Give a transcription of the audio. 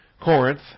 Corinth